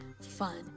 fun